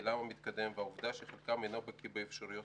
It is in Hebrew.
גילם המתקדם והעובדה שחלקם אינו בקיא באפשרויות